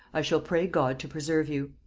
i shall pray god to preserve you.